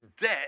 Debt